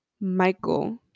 michael